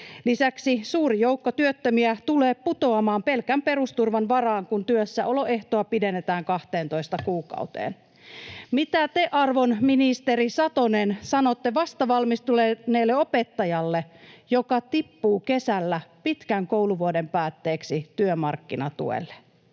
Lisäksi suuri joukko työttömiä tulee putoamaan pelkän perusturvan varaan, kun työssäoloehtoa pidennetään 12 kuukauteen. — Mitä te, arvon ministeri Satonen, sanotte vastavalmistuneelle opettajalle, joka tippuu kesällä pitkän kouluvuoden päätteeksi työmarkkinatuelle?